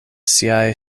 siaj